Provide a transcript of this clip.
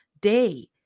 day